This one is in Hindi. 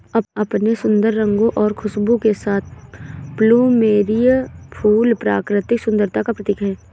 अपने सुंदर रंगों और खुशबू के साथ प्लूमेरिअ फूल प्राकृतिक सुंदरता का प्रतीक है